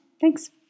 Thanks